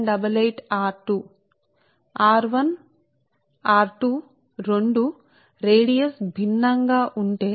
r 1 r 2రెండు వ్యాసార్థాలు భిన్నం గా ఉంటే